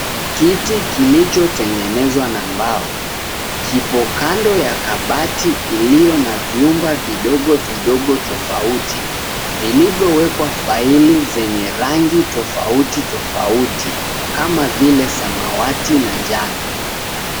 Kiti kilichotengenezwa na mbao, kipo kando ya kabati iliyo na vyumba vidogo vidogo tofauti, vilivyowekwa faili zenye rangi tofauti tofauti kama vile samawati na njano.